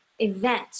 event